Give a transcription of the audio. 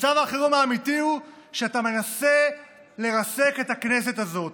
מצב החירום האמיתי הוא שאתה מנסה לרסק את הכנסת הזאת.